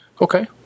okay